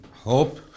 hope